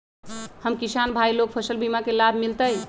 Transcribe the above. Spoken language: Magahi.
हम किसान भाई लोग फसल बीमा के लाभ मिलतई?